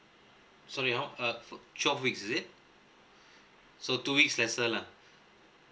so they on~ uh twelve weeks is it so two weeks lesser lah